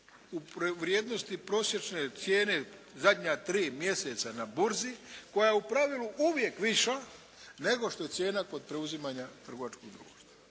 u vrijednosti prosječne cijene zadnja tri mjeseca na burzi koja je u pravilu uvijek viša nego što je cijena kod preuzimanja trgovačkog društva.